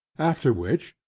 after which,